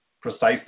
precisely